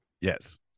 Yes